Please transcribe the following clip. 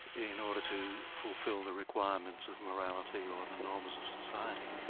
in order to fulfill the requirements of morality or the norms of society.